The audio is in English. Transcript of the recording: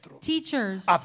teachers